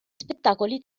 spettacoli